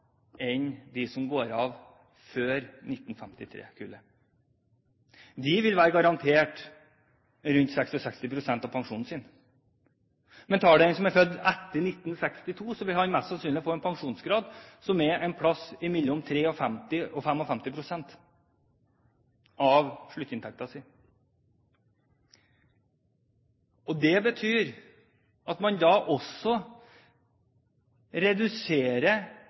enn de som går av før 1953-kullet. De vil være garantert rundt 66 pst. av pensjonen sin. Men tar man en som er født etter 1962, vil han mest sannsynlig få en pensjonsgrad som er et sted mellom 53 og 55 pst. av sluttinntekten sin. Det betyr at man også reduserer